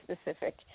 specific